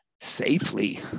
safely